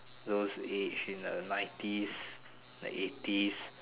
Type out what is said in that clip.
those age in the nineties like eighties